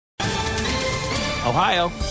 Ohio